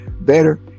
better